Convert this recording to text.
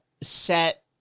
set